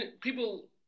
people